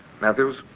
Matthews